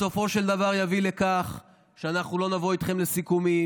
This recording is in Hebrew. בסופו של דבר יביאו לכך שאנחנו לא נבוא אתכם לסיכומים,